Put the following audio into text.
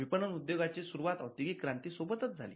विपणन उद्योगाची सुरुवात औद्योगिक क्रांती सोबतच झाली